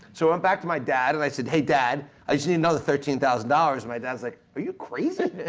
so i went back to my dad and i said hey dad, i just need another thirteen thousand dollars my dad's like are you crazy?